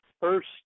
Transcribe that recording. first